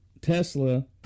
Tesla